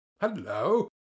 Hello